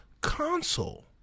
console